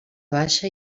baixa